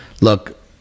look